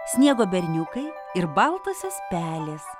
sniego berniukai ir baltosios pelės